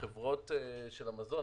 לחברות של המזון,